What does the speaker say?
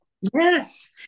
Yes